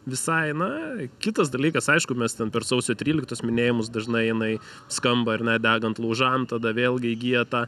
visai na kitas dalykas aišku mes ten per sausio tryliktos minėjimus dažnai jinai skamba ar ne degant laužam tada vėlgi įgyja tą